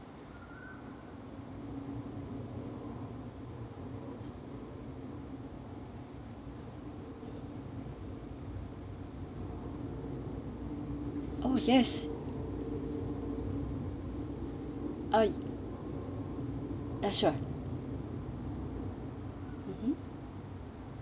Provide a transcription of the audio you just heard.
oh yes uh uh sure mmhmm